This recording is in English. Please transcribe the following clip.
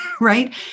Right